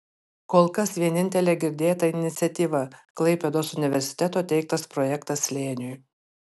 kol kas vienintelė girdėta iniciatyva klaipėdos universiteto teiktas projektas slėniui